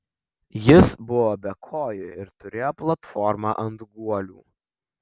jis buvo be kojų ir turėjo platformą ant guolių